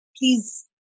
please